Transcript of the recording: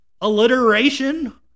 alliteration